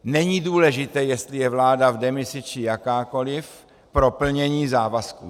Není důležité, jestli je vláda v demisi či jakákoliv, pro plnění závazků.